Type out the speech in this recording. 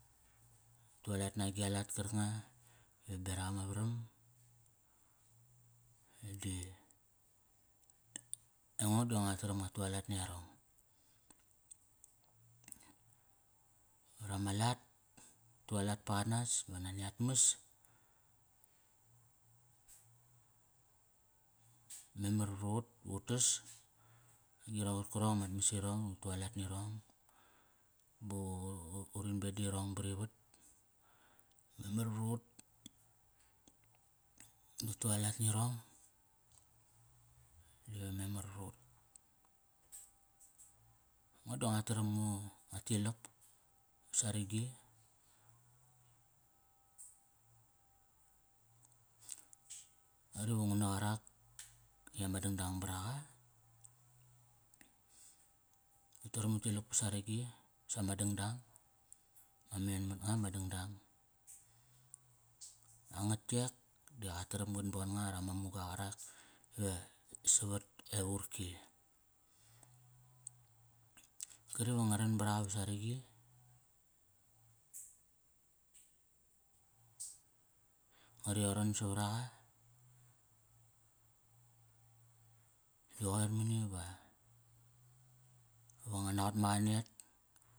Tu alat na agia lat karkanga, ve berak ama varam di aingo di nga taram ngua tu alat ni yarong varama lat, ut tu alat paqanas va nani at mas memar vrut utas. Agirong qarkirong ama mas irong ut tu alat nirong ba u, ur in bedirong barivat. Memar vrut, u tu alat nirong diva memar vrut. Ngo da nga taram ngu, nga tilak va saragi, Qari va ngu na qarak i ama dangdang braqa, ut taram ut tilak pa saragi sama dangdang. Ma men mat nga ma dangdang. Angat yek di qa taram qan bon nga rama muga qarak ve savat e ur ki. Kari va ngaran baraqa va saragi, ngar oran savaraqa, di qoir mani va, va naqot ma qa net.